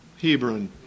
Hebron